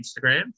Instagram